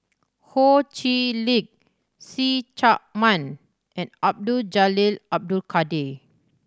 Ho Chee Lick See Chak Mun and Abdul Jalil Abdul Kadir